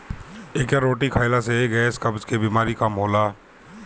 एकर रोटी खाईला से गैस, कब्ज के बेमारी कम होला